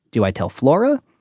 do i tell flora?